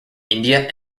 india